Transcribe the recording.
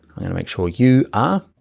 i'm gonna make sure you ah